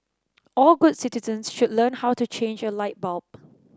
all good citizens should learn how to change a light bulb